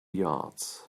yards